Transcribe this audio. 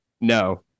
no